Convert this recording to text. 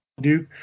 Duke